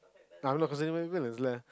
no I'm not lah